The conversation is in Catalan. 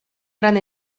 gran